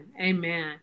Amen